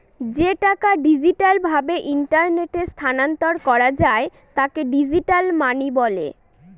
যে টাকা ডিজিটাল ভাবে ইন্টারনেটে স্থানান্তর করা যায় তাকে ডিজিটাল মানি বলে